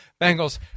Bengals